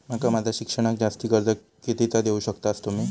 माका माझा शिक्षणाक जास्ती कर्ज कितीचा देऊ शकतास तुम्ही?